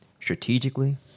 strategically